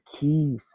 keys